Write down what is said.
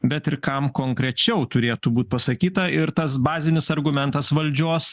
bet ir kam konkrečiau turėtų būt pasakyta ir tas bazinis argumentas valdžios